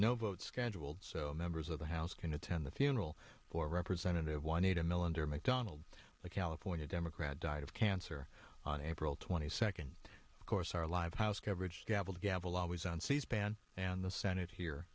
no vote scheduled so members of the house can attend the funeral for representative juanita militar mcdonald the california democrat died of cancer on april twenty second of course our live house coverage gavel to gavel always on c span and the senate here